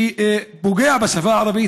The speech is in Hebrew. שפוגע בשפה הערבית,